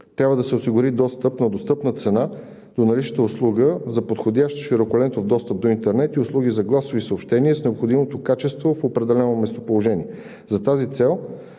трябва да се осигури достъп на достъпна цена до наличната услуга за подходящ широколентов достъп до интернет и услуги за гласови съобщения с необходимото качество в определено местоположение. За тази цел